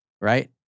right